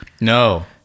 no